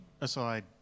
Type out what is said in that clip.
aside